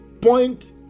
point